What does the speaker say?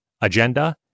agenda